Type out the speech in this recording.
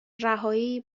رهایی